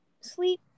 Sleep